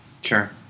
Sure